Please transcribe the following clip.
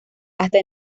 hasta